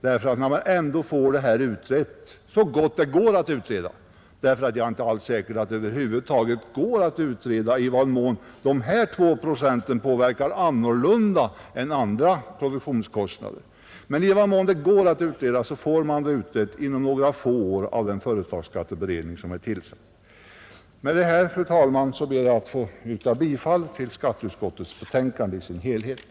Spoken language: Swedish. Man får ju ändå det här utrett så gott det går att utreda; jag är inte alls säker på att det över huvud taget går att utreda i vad mån de här 2 procenten påverkar näringslivet annorlunda än andra produktionskostnader. Men i den mån det kan utredas får man det utrett, inom några få år, av den företagsskatteberedning som är tillsatt. Med de orden, fru talman, ber jag att få yrka bifall till skatteutskottets hemställan i dess helhet.